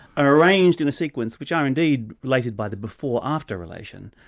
are arranged in a sequence which are indeed related by the before-after relation.